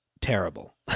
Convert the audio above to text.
terrible